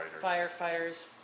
firefighters